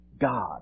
God